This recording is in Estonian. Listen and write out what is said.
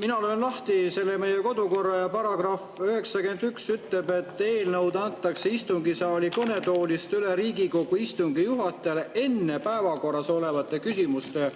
mina löön lahti meie kodukorra ja § 91 ütleb, et eelnõu antakse istungisaali kõnetoolist üle Riigikogu istungi juhatajale enne päevakorras olevate küsimuste